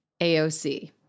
AOC